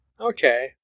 okay